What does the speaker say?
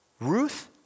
Ruth